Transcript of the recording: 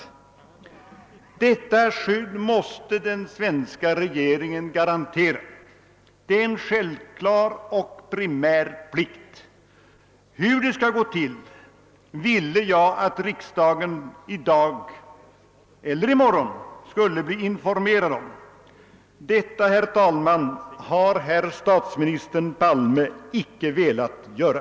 Detta skydd måste den svenska regeringen garantera — det är en självklar och primär plikt. Hur det skall gå till ville jag att riksdagen skulle bli informerad om i dag eller i morgon. Detta, herr talman, har herr statsministern Palme icke velat göra.